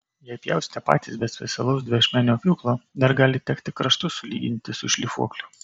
jei pjausite patys be specialaus dviašmenio pjūklo dar gali tekti kraštus sulyginti su šlifuokliu